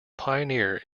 pioneer